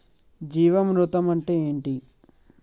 జీవామృతం అంటే ఏంటి?